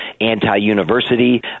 anti-university